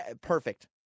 Perfect